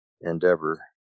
endeavor